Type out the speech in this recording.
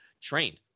trained